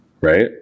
right